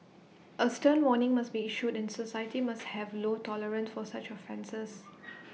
A stern warning must be issued and society must have low tolerance for such offences